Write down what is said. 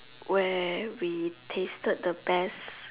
where we tasted the best